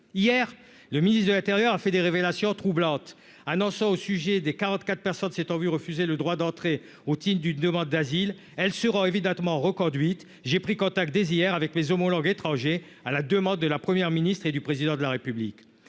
Hier, le ministre de l'intérieur a fait des révélations troublantes. Au sujet des 44 personnes s'étant vu refuser le droit d'entrée au titre d'une demande d'asile, il a annoncé :« Elles seront évidemment reconduites. [...] J'ai pris contact dès hier avec mes homologues étrangers, à la demande de la Première ministre et du Président de la République.